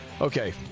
Okay